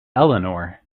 eleanor